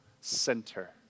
center